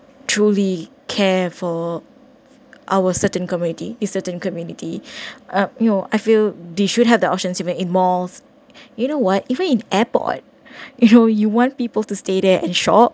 truly care for our certain community a certain community uh you know I feel they should have the options may in malls you know what even in airport you you want people to stay there and shop